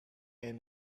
and